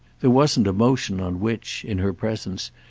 there wasn't a motion on which, in her presence,